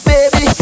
Baby